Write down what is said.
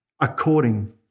according